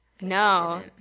No